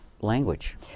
language